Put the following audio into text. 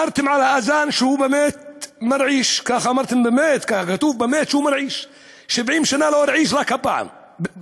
כך אמר לי אדון אוסאמה: בבאר-שבע מדברים ערבית,